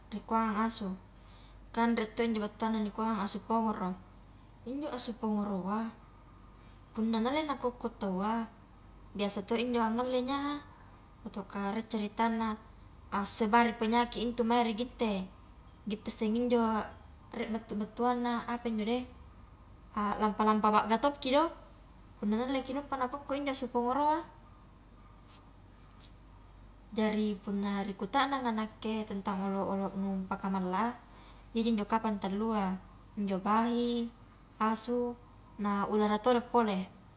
Rikuang asu, kan rie to injo battuanna nikuanga asu pongoro, injo asu pongoroa punna nalle nakokko taua biasa to injo angalle nyaha, ataukah rie caritanna a sebar i penyakit intu mae ri gitte, gitte seng injo rie battu-battuanna apa injo de, a lampa-lampa bagga to ki do punna nalleki nauppa ni kokko injo asu pongoroa, jari punna ri kutananga nakke tentang olo-olo nu pakamalla a iyaji njo kapang tallua injo bahi, asu, nah ulara todo pole.